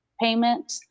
payment